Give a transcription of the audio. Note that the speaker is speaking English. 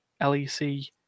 LEC